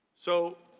so,